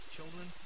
Children